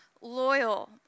loyal